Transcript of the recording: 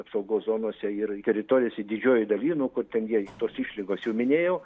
apsaugos zonose ir teritorijose didžiojoj daly nu kur ten tos išlygos jau minėjau